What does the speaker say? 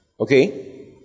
Okay